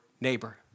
neighbor